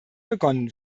begonnen